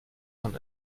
man